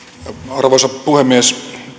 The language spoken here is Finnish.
arvoisa puhemies